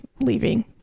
leaving